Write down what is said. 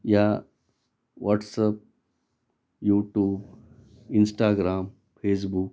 या WhatsApp YouTube Instagram Facebook